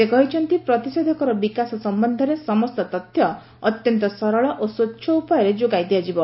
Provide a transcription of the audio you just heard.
ସେ କହିଛନ୍ତି ପ୍ରତିଷେଧକର ବିକାଶ ସମ୍ବନ୍ଧରେ ସମସ୍ତ ତଥ୍ୟ ଅତ୍ୟନ୍ତ ସରଳ ଓ ସ୍ୱଚ୍ଛ ଉପାୟରେ ଯୋଗାଇ ଦିଆଯିବ